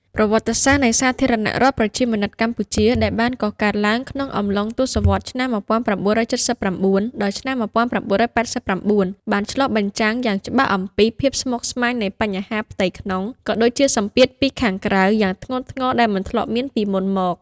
ប្រវត្តិសាស្ត្រនៃសាធារណរដ្ឋប្រជាមានិតកម្ពុជា ដែលបានកកើតឡើងក្នុងអំឡុងទសវត្សរ៍ឆ្នាំ១៩៧៩ ដល់ឆ្នាំ១៩៨៩ បានឆ្លុះបញ្ចាំងយ៉ាងច្បាស់អំពីភាពស្មុគស្មាញនៃបញ្ហាផ្ទៃក្នុង ក៏ដូចជាសម្ពាធពីខាងក្រៅយ៉ាងធ្ងន់ធ្ងរដែលមិនធ្លាប់មានពីមុនមក។